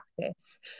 practice